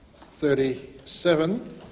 37